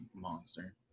monster